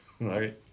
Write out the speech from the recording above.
right